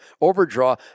Overdraw